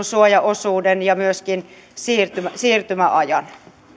suojaosuuden ja myöskin siirtymäajan